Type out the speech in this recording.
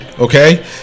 Okay